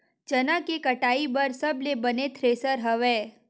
चना के कटाई बर सबले बने थ्रेसर हवय?